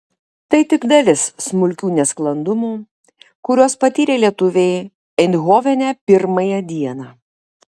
tai tik dalis smulkių nesklandumų kuriuos patyrė lietuviai eindhovene pirmąją dieną